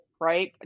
right